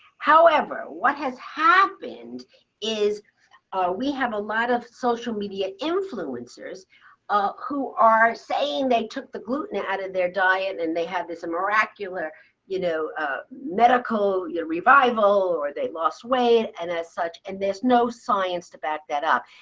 however, what has happened is we have a lot of social media influencers who are saying they took the gluten out of their diet, and they had this miraculous you know ah medical yeah revival or they lost weight and ah such. and there's no science to back that up.